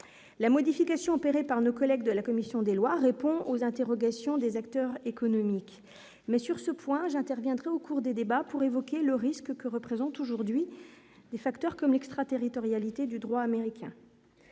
la modification opérée par nos collègues de la commission des lois, répond aux interrogations des acteurs économiques mais sur ce point, j'interviendrai au cours des débats pour évoquer le risque que représente aujourd'hui des facteurs comme l'extraterritorialité du droit américain,